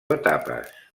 etapes